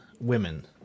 women